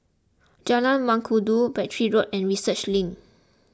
Jalan Mengkudu Battery Road and Research Link